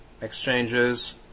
exchanges